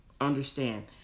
understand